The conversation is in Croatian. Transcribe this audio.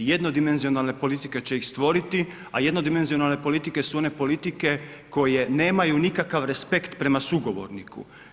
Jednodimenzionalne politike će ih stvoriti, a jednodimenzionalne politike su one politike koje nemaju nikakav respekt prema sugovorniku.